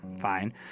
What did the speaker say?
Fine